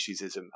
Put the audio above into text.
speciesism